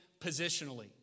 positionally